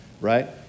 right